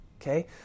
Okay